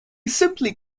simply